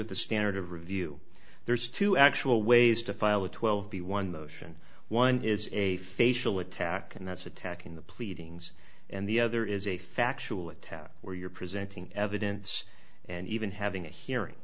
the standard of review there's two actual ways to file a twelve b one the ocean one is a facial attack and that's attacking the pleadings and the other is a factual attack where you're presenting evidence and even having a hearing